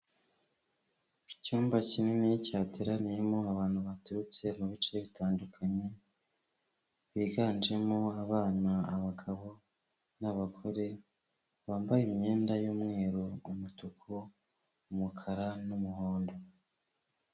Icyumba kinini cyateraniyemo abantu baturutse mu bice bitandukanye, biganjemo abana, abagabo n'abagore, bambaye imyenda y'umweru, umutuku, umukara n'umuhondo.